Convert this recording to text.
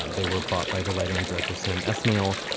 ah they were bought by the writer and director sam esmail,